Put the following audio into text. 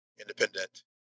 independent